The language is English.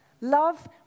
Love